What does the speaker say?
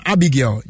Abigail